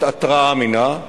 במערכת התרעה אמינה,